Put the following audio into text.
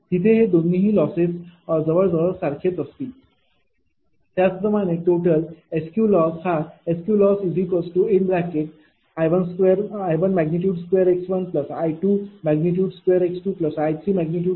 तिथे हे दोन्ही लॉसेस एकसारखे असतील त्याचप्रमाणे टोटल SQLoss हा SQLossI12x1I22x2I32x3MVAB×1000 kW0